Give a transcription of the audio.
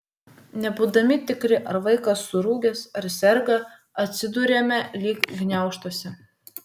nebūdami tikri ar vaikas surūgęs ar serga atsiduriame lyg gniaužtuose